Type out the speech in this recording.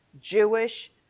Jewish